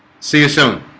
see you soon